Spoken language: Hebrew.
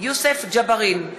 יוסף ג'בארין,